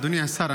אדוני השר,